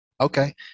Okay